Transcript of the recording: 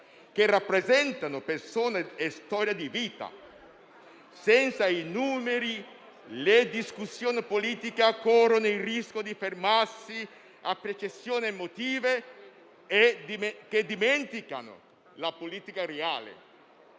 che rappresentano persone e storie di vita; senza i numeri, le discussioni politiche corrono il rischio di fermarsi a percezioni emotive, dimenticando la politica reale.